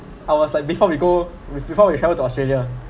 I was like before we go be~ before we flew to australia